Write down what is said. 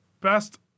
best